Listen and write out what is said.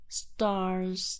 stars